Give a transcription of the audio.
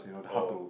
oh